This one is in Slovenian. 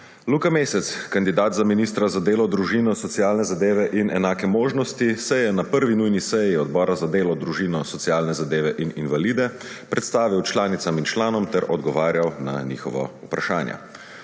Luka Mesec, kandidat za ministra za delo, družino, socialne zadeve in enake možnosti, se je na 1. nujni seji Odbora za delo, družino, socialne zadeve in invalide predstavil članicam in članom ter odgovarjal na njihova vprašanja.